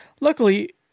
Luckily